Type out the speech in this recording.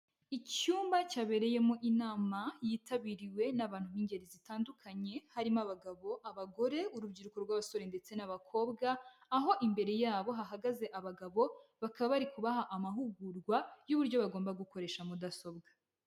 Icyumba cyabereyemo inama yitabiriwe n'abantu b'ingeri zitandukanye harimo abagabo, abagore, urubyiruko rw'abasore ndetse n'abakobwa, aho imbere yabo hahagaze abagabo bakaba bari kubaha amahugurwa y'uburyo bagomba gukoresha mudasobwa.